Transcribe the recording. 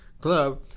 club